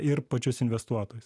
ir pačius investuotojus